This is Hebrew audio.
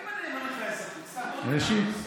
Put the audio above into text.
תגיד,